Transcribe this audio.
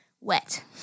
wet